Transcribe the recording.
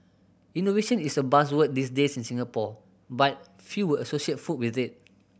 innovation is a buzzword these days in Singapore but few would associate food with it